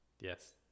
yes